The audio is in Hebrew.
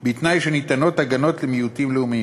בתנאי שניתנות הגנות למיעוטים לאומיים